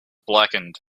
blackened